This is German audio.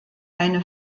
eine